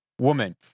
woman